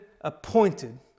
appointed